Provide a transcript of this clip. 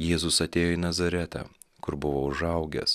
jėzus atėjo į nazaretą kur buvo užaugęs